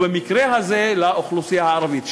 ובמקרה הזה לאוכלוסייה הערבית.